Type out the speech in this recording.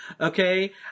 Okay